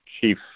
chief